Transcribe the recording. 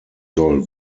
soll